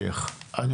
בעקבותיו.